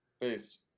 based